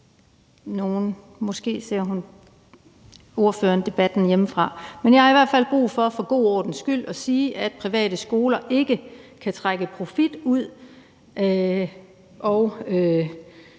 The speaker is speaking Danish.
men måske ser hun debatten hjemmefra. Men jeg har i hvert fald brug for for god ordens skyld at sige, at private skoler ikke kan trække profit ud og